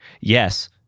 Yes